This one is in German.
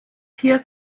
hier